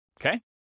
okay